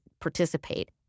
participate